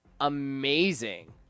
amazing